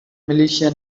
militia